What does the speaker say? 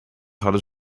hadden